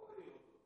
אדוני היושב-ראש,